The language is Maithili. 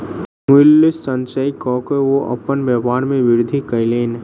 मूल्य संचय कअ के ओ अपन व्यापार में वृद्धि कयलैन